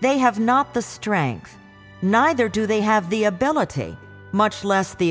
they have not the strength neither do they have the ability much less the